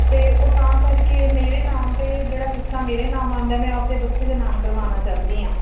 ਅਤੇ ਉਹ ਤਾਂ ਕਰਕੇ ਮੇਰੇ ਨਾਮ 'ਤੇ ਜਿਹੜਾ ਹਿੱਸਾ ਮੇਰੇ ਨਾਮ ਆਉਂਦਾ ਮੈਂ ਆਪਦੇ ਬੱਚੇ ਦੇ ਨਾਮ ਕਰਵਾਉਣਾ ਚਾਹੁੰਦੀ ਹਾਂ